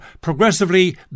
progressively